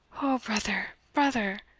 o brother! brother!